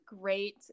great